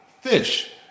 Fish